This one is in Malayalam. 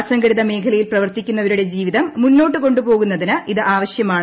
അസംഘടിത മേഖലയിൽ പ്രവർത്തിക്കുന്നവരുടെ ജീവിതം മുന്നോട്ടു കൊണ്ട് പോകുന്നതിന് ഇത് ആവശ്യമാണ്